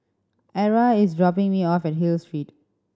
Ara is dropping me off at Hill Street